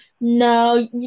No